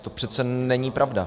To přece není pravda.